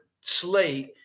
slate